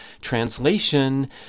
Translation